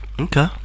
okay